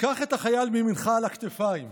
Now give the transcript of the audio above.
קח את החייל מימינך על הכתפיים.